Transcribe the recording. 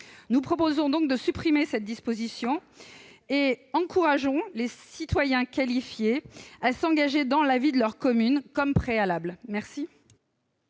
Nous proposons par conséquent de supprimer cette disposition et encourageons les citoyens qualifiés à s'engager dans la vie de leur commune comme préalable. Quel